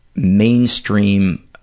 Mainstream